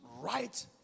right